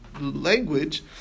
language